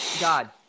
God